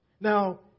Now